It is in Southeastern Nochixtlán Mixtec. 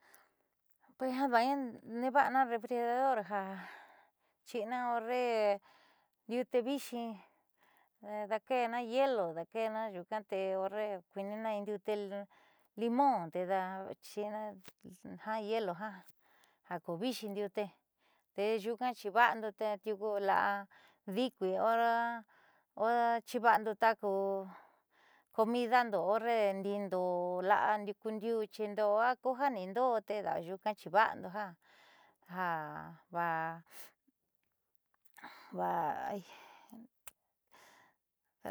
Ada'ana neeva'ana refrigerador ja xi'ina horre ndiute viixi daake'ena hielo daake'ena nyuuka tee horre kuiinina in diute limón teeda xiina hielo ja ko viixi ndiute tee nyuuka chiiva'ando te tiuku la'a di'ikuii o chiva'ando ta'a ku ku comidando horre ndiindo'o la'a ku diuu ku ndiuchindo a kuja niindo'o te da'ayuuka chiva'ando jiaa.